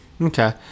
Okay